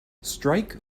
strike